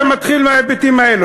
זה מתחיל מההיבטים האלו.